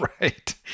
Right